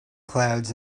clouds